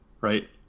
right